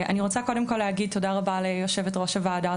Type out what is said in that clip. אני רוצה קודם כל להגיד תודה רבה ליושבת ראש הוועדה,